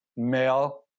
Male